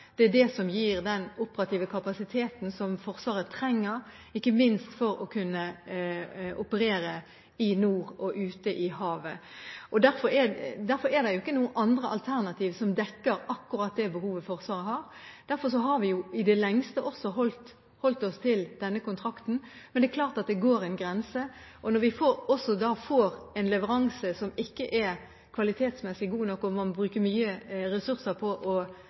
trenger, ikke minst for å kunne operere i nord og ute i havet. Derfor er det ikke noen andre alternativer som dekker akkurat det behovet Forsvaret har. Derfor har vi i det lengste også holdt oss til denne kontrakten. Men det er klart at det går en grense, og når vi også da får en leveranse som ikke er kvalitetsmessig god nok, og man må bruke mye ressurser på å